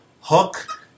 hook